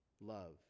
love